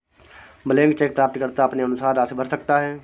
blank cheque प्राप्तकर्ता अपने अनुसार राशि भर सकता है